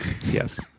Yes